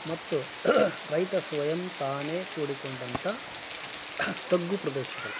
ಮತ್ತು ರೈತ ಸ್ವಯಂ ತಾನೇ ತೋಡಿಕೊಂಡಂಥ ತಗ್ಗು ಪ್ರದೇಶಗಳು